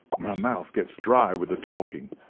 my mouth gets dry with the talking.